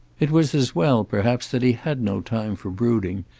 it was as well perhaps that he had no time for brooding,